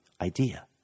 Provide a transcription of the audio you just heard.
idea